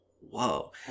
whoa